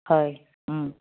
হয়